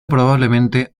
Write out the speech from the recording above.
probablemente